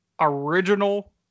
original